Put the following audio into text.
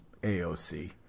AOC